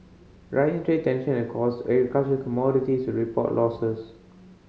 rising trade tension caused agricultural commodities to report losses